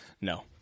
No